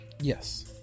Yes